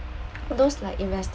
those like investors